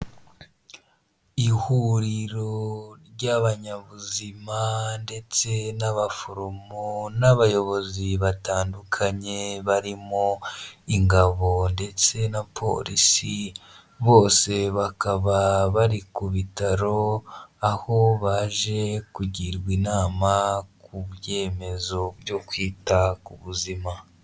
Ihuriro ry'abanyabuzima ndetse n'abaforomo n'abayobozi batandukanye, barimo ingabo ndetse na polisi, bose bakaba bari ku bitaro aho baje kugirwa inama ku byemezo byo kwita ku buzima.